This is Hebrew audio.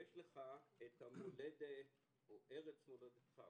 ויש לך המולדת או ארץ מולדתך.